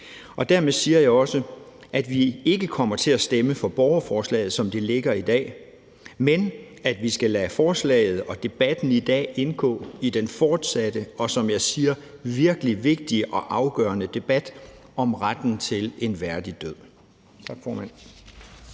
Dermed siger jeg også, at vi ikke kommer til at stemme for borgerforslaget, som det ligger i dag, men at vi skal lade forslaget og debatten i dag indgå i den fortsatte og, som jeg siger, virkelig vigtige og afgørende debat om retten til en værdig død.